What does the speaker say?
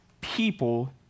people